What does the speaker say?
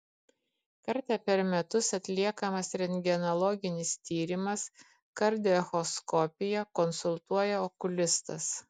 kartą per metus atliekamas rentgenologinis tyrimas kardioechoskopija konsultuoja okulistas